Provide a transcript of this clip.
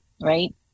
right